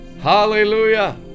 hallelujah